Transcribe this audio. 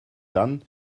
dann